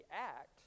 act